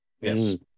Yes